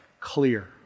Clear